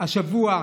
השבוע,